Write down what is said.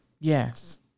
Yes